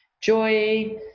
joy